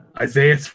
Isaiah